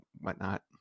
whatnot